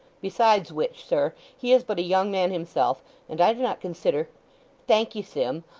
besides which, sir, he is but a young man himself and i do not consider thank'ee sim,